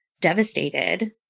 devastated